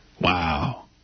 Wow